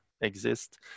exist